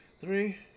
Three